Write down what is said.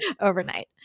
overnight